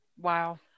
Wow